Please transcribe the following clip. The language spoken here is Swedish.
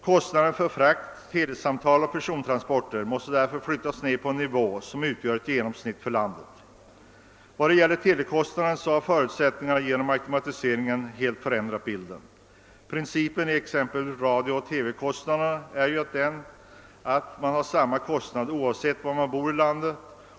Kostnaderna för frakter, telesamtal och persontransporter måste flyttas ned till en nivå som motsvarar ett genomsnitt för landet. I vad gäller telekostnaderna har förutsättningarna genom automatiseringen helt förändrats. Principen beträffande t.ex. radiooch TV kostnaderna är ju samma kostnad oavsett var man bor i landet.